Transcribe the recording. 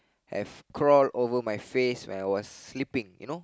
have crawl over my face when I was sleeping